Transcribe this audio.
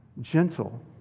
gentle